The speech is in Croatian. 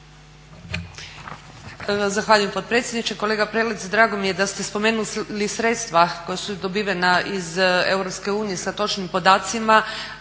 Hvala potpredsjedniče. Kolega Prelec, drago mi je da ste spomenuli sredstva koja su dobivena iz Europske unije sa točnim podacima